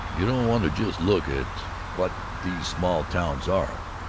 you don't want to just look at what these small towns are,